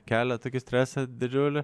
kelia tokį stresą didžiulį